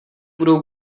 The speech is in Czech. budou